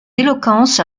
éloquence